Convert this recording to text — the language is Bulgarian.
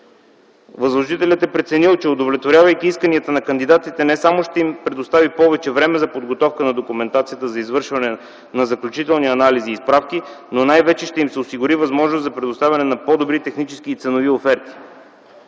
Възложителят е преценил че, удовлетворявайки исканията на кандидатите, не само ще им предостави повече време за подготовка на документацията за извършване на заключителни анализи и справки, но най-вече ще им се осигури възможност за предоставяне на по-добри технически и ценови оферти.